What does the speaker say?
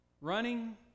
running